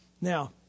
Now